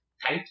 Tight